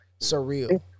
surreal